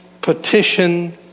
petition